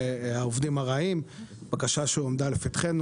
לגבי עובדים ארעיים, בקשה שהועמדה לפתחנו.